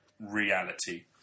reality